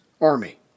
army